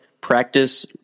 practice